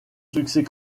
succès